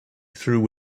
through